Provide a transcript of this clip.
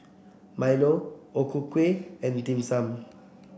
Milo O Ku Kueh and Dim Sum